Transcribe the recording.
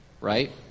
Right